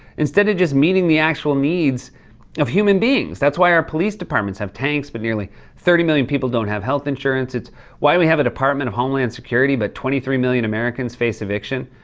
instead of just meeting the actual needs of human beings. that's why our police departments have tanks, but nearly thirty million people don't have health insurance. it's why we have a department of homeland security, but twenty three million americans face eviction.